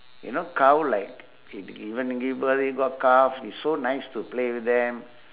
you know cow like it given give birth you got calf it's so nice to play with them